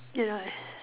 you know